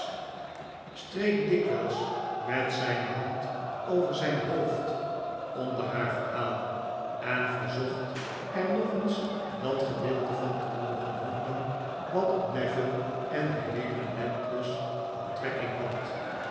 streek dikwijls met zijne hand over zijn hoofd onder haar verhaal en verzocht er nog eens dat gedeelte van te mogen hooren wat op neville en helena landless betrekking had